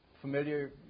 familiar